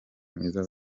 mwiza